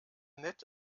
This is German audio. nett